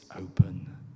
open